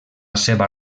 seva